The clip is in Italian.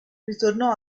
ritornò